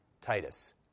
Titus